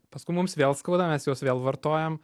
paskui mums vėl skauda mes juos vėl vartojam